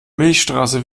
milchstraße